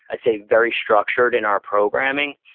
i'd say very structured in our programming.